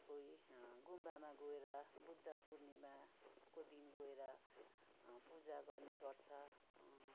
कोही गुम्बामा गएर बुद्ध पूर्णिमाको दिन गएर पूजा गर्ने गर्छ